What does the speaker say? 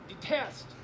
detest